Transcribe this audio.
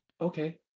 okay